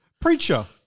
Preacher